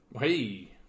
Hey